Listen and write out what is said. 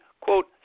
quote